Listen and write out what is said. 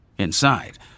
Inside